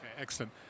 excellent